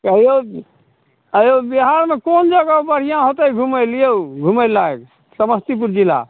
कहलहुँ कि आँय यौ बिहारमे कोन जगह बढ़िआँ होयतै घुमै ले यौ घुमै लाएक समस्तीपुर जिला